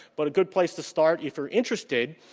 but a good place to start, if you're interested,